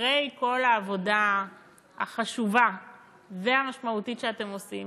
אחרי כל העבודה החשובה והמשמעותית שאתם עושים,